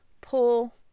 pull